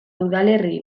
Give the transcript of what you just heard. udalerri